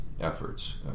efforts